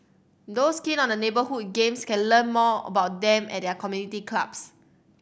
those keen on the neighbourhood games can learn more about them at their community clubs